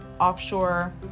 offshore